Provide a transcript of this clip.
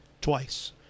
twice